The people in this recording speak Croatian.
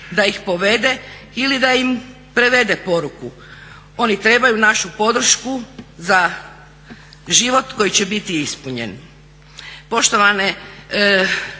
da ih povede ili da im prevede poruku. Oni trebaju našu podršku za život koji će biti ispunjen.